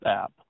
app